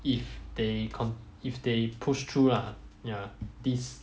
if they if they push through lah ya this